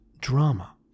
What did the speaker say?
drama